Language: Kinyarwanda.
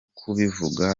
kubivuga